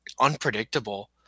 unpredictable